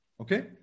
Okay